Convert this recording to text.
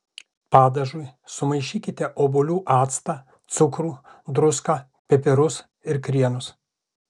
padažui sumaišykite obuolių actą cukrų druską pipirus ir krienus